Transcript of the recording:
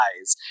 eyes